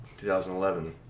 2011